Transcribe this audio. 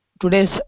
today's